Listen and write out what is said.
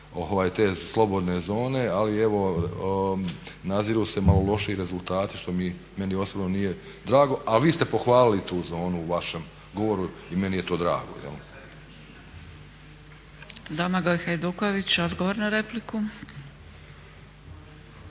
te slobodne zone ali evo naziru se malo lošiji rezultati što meni osobno nije drago, a vi ste pohvalili tu zonu u vašem govoru i meni je to drago.